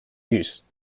use